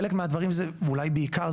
חלק מהדברים ואולי בעיקר,